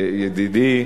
גם בנושא של רוואבי, ידידי,